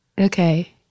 Okay